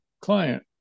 client